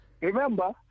Remember